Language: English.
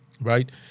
right